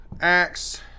Axe